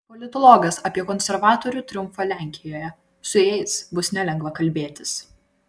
politologas apie konservatorių triumfą lenkijoje su jais bus nelengva kalbėtis